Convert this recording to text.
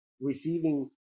receiving